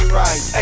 right